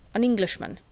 an englishman.